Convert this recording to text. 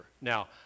Now